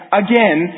again